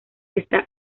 está